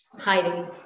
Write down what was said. hiding